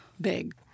big